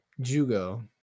Jugo